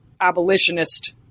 abolitionist